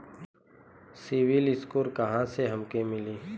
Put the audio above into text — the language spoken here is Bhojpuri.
सिविल स्कोर कहाँसे हमके मिली?